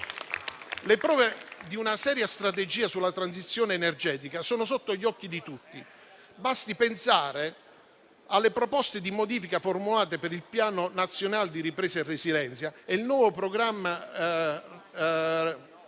Le prove di una seria strategia sulla transizione energetica sono sotto gli occhi di tutti, basti pensare alle proposte di modifica formulate per il Piano nazionale di ripresa e resilienza e al nuovo programma REPowerEU